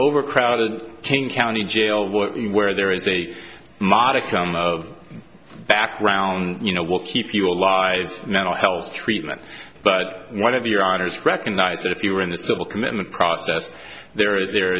overcrowded king county jail where there is a modicum of background you know we'll keep you alive mental health treatment but one of your honors recognize that if you are in the civil commitment process there are there